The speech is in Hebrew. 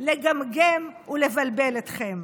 לגמגם ולבלבל אתכם.